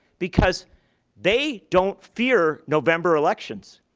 because they don't fear november elections.